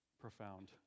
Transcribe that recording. profound